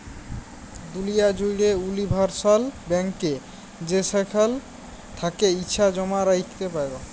দুলিয়া জ্যুড়ে উলিভারসাল ব্যাংকে যেখাল থ্যাকে ইছা জমা রাইখতে পারো